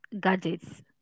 gadgets